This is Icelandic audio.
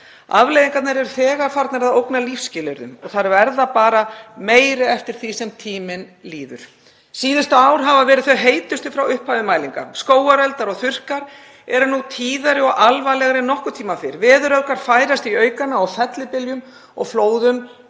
Afleiðingarnar eru þegar farnir að ógna lífsskilyrðum og þær verða bara meiri eftir því sem tíminn líður. Síðustu ár hafa verið þau heitustu frá upphafi mælinga. Skógareldar og þurrkar eru nú tíðari og alvarlegri en nokkurn tíma fyrr, veðuröfgar færast í aukana og fellibyljum og flóðum